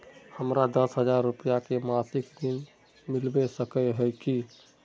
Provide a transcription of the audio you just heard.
हमरा दस हजार रुपया के मासिक ऋण मिलबे सके है की?